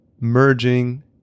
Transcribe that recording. merging